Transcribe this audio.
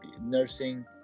nursing